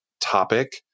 topic